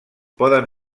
poden